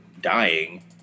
dying